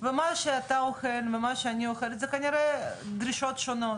ומה שאתה אוכל ומה שאני אוכלת זה כנראה דרישות שונות,